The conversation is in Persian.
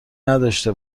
نداشته